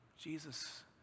Jesus